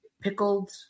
pickled